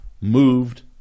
moved